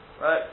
Right